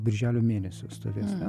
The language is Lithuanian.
birželio mėnesio stovės ten